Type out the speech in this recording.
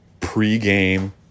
pregame